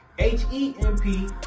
H-E-M-P